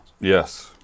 Yes